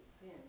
sin